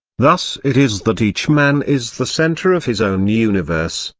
thus it is that each man is the centre of his own universe,